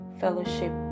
fellowship